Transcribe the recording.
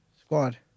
squad